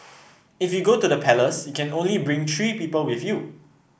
if you go to the palace you can only bring three people with you